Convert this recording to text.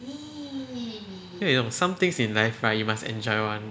then 你懂 some things in life right you must enjoy [one]